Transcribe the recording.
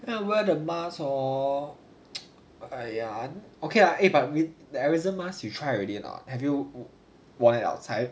and wear the mask hor !aiya! okay lah eh but you with the airism mask you try already or not lah have you wear it outside